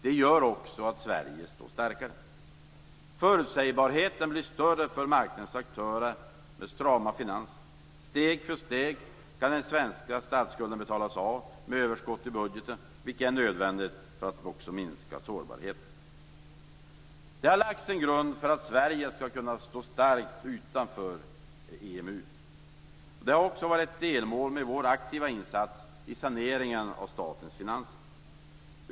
Det gör också att Sverige står starkare. Förutsägbarheten blir större för marknadens aktörer med strama finanser. Steg för steg kan den svenska statsskulden betalas av med överskott i budgeten, vilket är nödvändigt för att minska sårbarheten. Det har lagts en grund för att Sverige skall kunna stå starkt utanför EMU. Det har varit ett delmål med vår aktiva insats i saneringen av statens finanser.